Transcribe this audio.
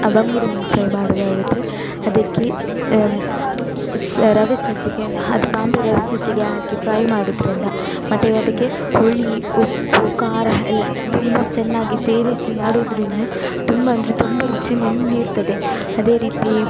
ಆ ಬಂಗಡೆ ಮೀನು ಫ್ರೈ ಮಾಡುವಾಗಾದರೆ ಅದಕ್ಕೆ ಸ ರವೆ ಸಜ್ಜಿಗೆಯನ್ನ ಹದ ಬಾಂಬೆ ರವೆ ಸಜ್ಜಿಗೆ ಹಾಕಿ ಫ್ರೈ ಮಾಡುವುದ್ರಿಂದ ಮತ್ತೆ ಅದಕ್ಕೆ ಹುಳಿ ಉಪ್ಪು ಖಾರ ಎಲ್ಲ ತುಂಬ ಚೆನ್ನಾಗಿ ಸೇರಿಸಿ ಮಾಡುವುದ್ರಿಂದ ತುಂಬ ಅಂದರೆ ತುಂಬ ರುಚಿಯನ್ನ ನೀಡ್ತದೆ ಅದೇ ರೀತಿ